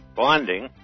bonding